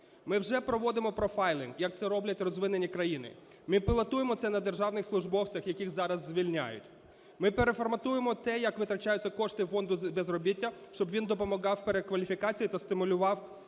Ми вже проводимо профайлінг, як це роблять розвинені країни. Ми пілотуємо це на державних службовцях, яких зараз звільняють. Ми переформатуємо те, як витрачаються кошти фонду безробіття, щоб він допомагав перекваліфікації та стимулював